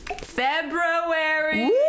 February